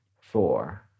four